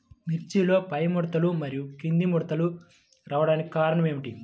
మిర్చిలో పైముడతలు మరియు క్రింది ముడతలు రావడానికి కారణం ఏమిటి?